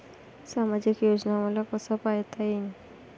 सामाजिक योजना मले कसा पायता येईन?